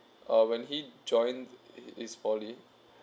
uh when he joined his poly